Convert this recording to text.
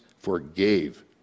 forgave